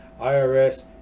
IRS